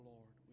Lord